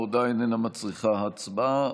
ההודעה איננה מצריכה הצבעה,